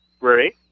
right